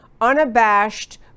unabashed